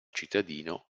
cittadino